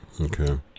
Okay